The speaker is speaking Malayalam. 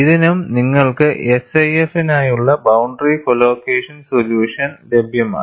ഇതിനും നിങ്ങൾക്ക് SIF നായുള്ള ബൌണ്ടറി കൊളോക്കേഷൻ സൊല്യൂഷൻ ലഭ്യമാണ്